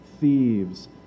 thieves